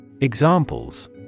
Examples